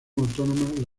autónoma